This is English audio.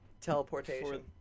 teleportation